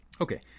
Okay